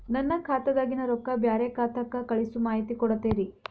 ನನ್ನ ಖಾತಾದಾಗಿನ ರೊಕ್ಕ ಬ್ಯಾರೆ ಖಾತಾಕ್ಕ ಕಳಿಸು ಮಾಹಿತಿ ಕೊಡತೇರಿ?